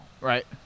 Right